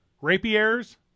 Rapiers